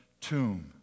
tomb